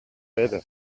better